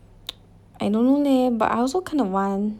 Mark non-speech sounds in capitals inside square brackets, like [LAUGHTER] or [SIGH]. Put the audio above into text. [LAUGHS] I don't know leh but I also kind of want